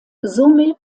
somit